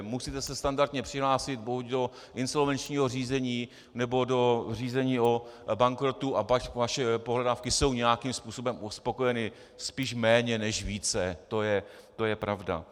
Musíte se standardně přihlásit bohužel do insolvenčního řízení nebo do řízení o bankrotu a pak vaše pohledávky jsou nějakým způsobem uspokojeny spíš méně než více, to je pravda.